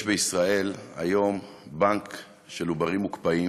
יש בישראל היום בנק של עוברים מוקפאים